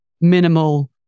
minimal